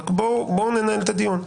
רק בואו ננהל את הדיון.